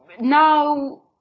now